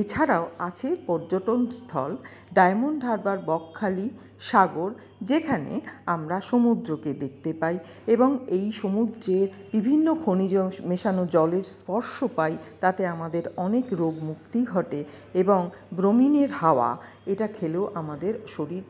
এছাড়াও আছে পর্যটনস্থল ডায়মন্ড হারবার বকখালি সাগর যেখানে আমরা সমুদ্রকে দেখতে পাই এবং এই সমুদ্রের বিভিন্ন খনিজ মেশানো জলের স্পর্শ পাই তাতে আমাদের অনেক রোগ মুক্তি ঘটে এবং ব্রোমিনের হাওয়া এটা খেলেও আমাদের শরীর